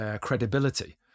credibility